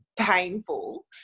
painful